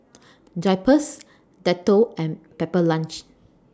Drypers Dettol and Pepper Lunch